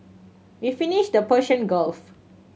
we visited the Persian Gulf